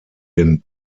den